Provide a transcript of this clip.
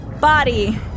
body